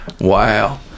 Wow